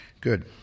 Good